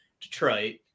Detroit